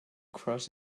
cross